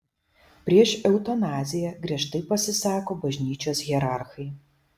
prieš eutanaziją giežtai pasisako bažnyčios hierarchai